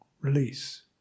release